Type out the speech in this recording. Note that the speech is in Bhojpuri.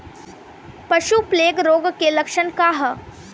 पशु प्लेग रोग के लक्षण का ह?